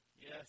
Yes